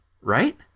Right